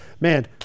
man—